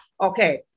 Okay